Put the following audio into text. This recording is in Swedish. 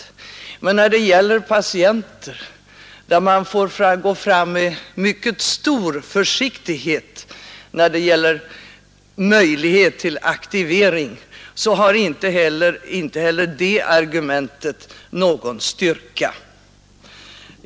Men beträffande patienter som man får behandla med mycket stor försiktighet när det gäller möjligheter till aktivering har inte heller det argumentet någon styrka.